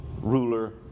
ruler